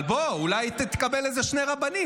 אבל אולי תקבל איזה שני רבנים.